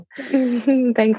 Thanks